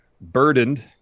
burdened